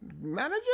manager